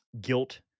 guilt